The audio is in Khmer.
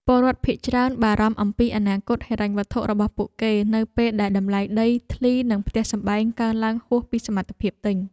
ពលរដ្ឋភាគច្រើនបារម្ភអំពីអនាគតហិរញ្ញវត្ថុរបស់ពួកគេនៅពេលដែលតម្លៃដីធ្លីនិងផ្ទះសម្បែងកើនឡើងហួសពីសមត្ថភាពទិញ។